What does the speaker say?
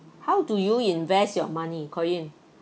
how do you invest your money ko yin